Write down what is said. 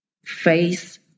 face